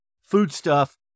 foodstuff